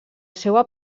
seua